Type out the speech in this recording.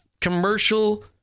commercial